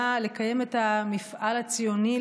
היה לקיים את המפעל הציוני,